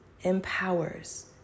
empowers